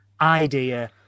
idea